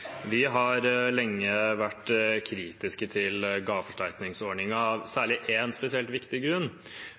Vi har lenge vært kritiske til gaveforsterkningsordningen, særlig av én, spesielt viktig, grunn.